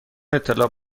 اطلاع